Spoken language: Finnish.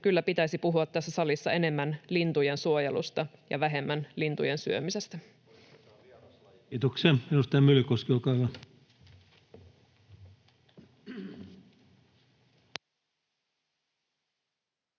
kyllä pitäisi puhua tässä salissa enemmän lintujen suojelusta ja vähemmän lintujen syömisestä. [Petri Huru: Poistetaan